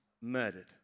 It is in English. murdered